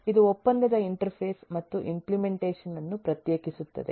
ಇದು ಒಪ್ಪಂದದ ಇಂಟರ್ಫೇಸ್ ಮತ್ತು ಇಂಪ್ಲೆಮೆಂಟೇಷನ್ ಅನ್ನು ಪ್ರತ್ಯೇಕಿಸುತ್ತದೆ